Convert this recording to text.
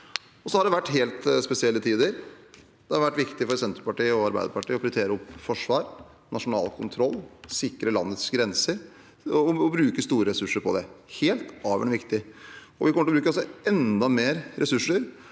det vært helt spesielle tider, og det har vært viktig for Senterpartiet og Arbeiderpartiet å prioritere opp forsvar og nasjonal kontroll og sikre landets grenser. Vi har brukt store ressurser på det. Det er helt avgjørende viktig, og vi kommer til å bruke enda mer ressurser